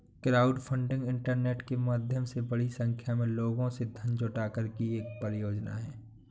crowdfunding internet के माध्यम से बड़ी संख्या में लोगों से धन जुटाकर की गई एक परियोजना है